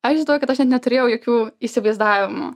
aš įsivaizduoju kad aš net neturėjau jokių įsivaizdavimų